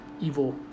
evil